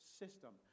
system